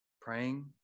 praying